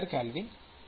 K છે